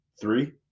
Three